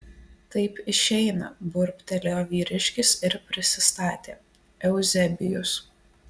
taip išeina burbtelėjo vyriškis ir prisistatė euzebijus